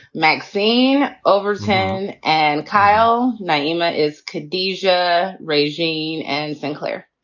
maxine overton and kyle nyima is kadija regime and sinclair.